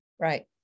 Right